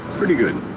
pretty good,